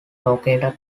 located